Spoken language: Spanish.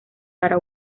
para